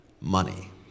money